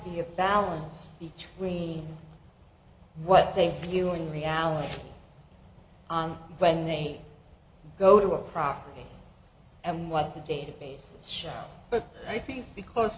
be a balance between what they view and reality on when they go to a property and what the database share but i think because